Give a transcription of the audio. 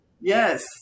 Yes